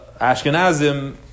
Ashkenazim